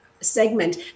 segment